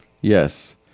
yes